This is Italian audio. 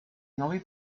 nuovi